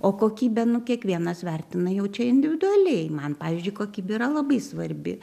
o kokybė nu kiekvienas vertina jau čia individualiai man pavyzdžiui kokybė yra labai svarbi